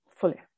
fully